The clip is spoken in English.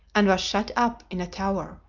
and was shut up in a tower.